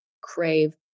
crave